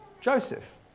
Joseph